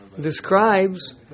describes